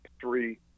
three